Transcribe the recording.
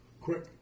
Quick